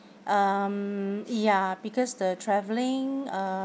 um ya because the travelling uh